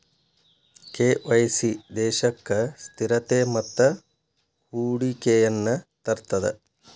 KYC ದೇಶಕ್ಕ ಸ್ಥಿರತೆ ಮತ್ತ ಹೂಡಿಕೆಯನ್ನ ತರ್ತದ